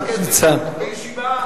ניצן,